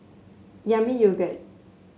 Yami Yogurt